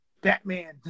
Batman